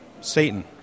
Satan